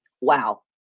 Wow